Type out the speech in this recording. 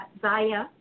Zaya